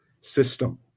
system